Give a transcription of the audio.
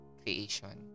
creation